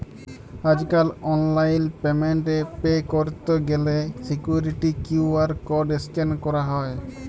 আজ কাল online payment এ পে ক্যরত গ্যালে সিকুইরিটি কিউ.আর কড স্ক্যান ক্যরা হ্য়